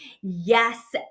Yes